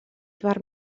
per